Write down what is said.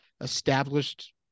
established